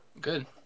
good